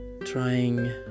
trying